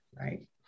right